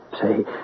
say